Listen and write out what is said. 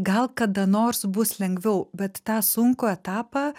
gal kada nors bus lengviau bet tą sunkų etapą